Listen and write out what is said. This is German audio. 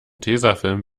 tesafilm